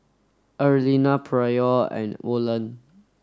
Erlinda Pryor and Olen